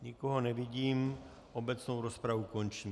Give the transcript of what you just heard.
Nikoho nevidím, obecnou rozpravu končím.